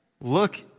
look